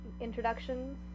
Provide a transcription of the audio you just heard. introductions